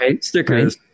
stickers